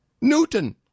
Newton